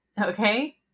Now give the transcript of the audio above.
Okay